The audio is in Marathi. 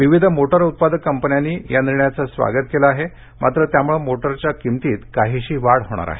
विविध मोटार उत्पादक कंपन्यांनीही या निर्णयाचं स्वागत केलं आहे मात्र त्यामुळं मोटारींच्या किंमतीत काहीशी वाढ होणार आहे